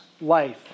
life